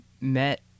met